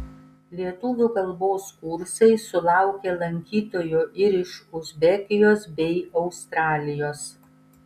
lietuvių kalbos kursai sulaukė lankytojų ir iš uzbekijos bei australijos